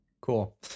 Cool